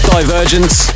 Divergence